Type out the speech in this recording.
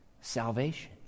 salvation